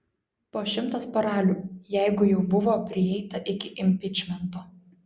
po šimtas paralių jeigu jau buvo prieita iki impičmento